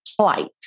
plight